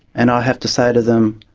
and i have to say to them,